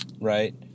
right